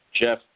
Jeff